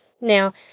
Now